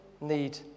need